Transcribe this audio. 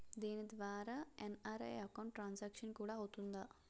దీని ద్వారా NRI account transaction కూడా అవుతుందా?